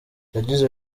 yagize